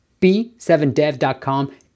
B7dev.com